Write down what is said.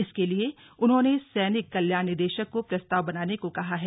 इसके लिए उन्होंने सैनिक कल्याण निदेशक को प्रस्ताव बनाने को कहा है